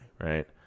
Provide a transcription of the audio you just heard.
Right